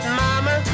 mama